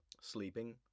Sleeping